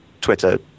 Twitter